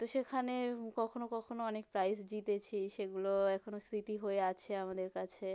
তো সেখানে কখনো কখনো অনেক প্রাইজ জিতেছি সেগুলো এখনও স্মৃতি হয়ে আছে আমাদের কাছে